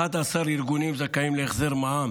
11 ארגונים זכאים להחזר מע"מ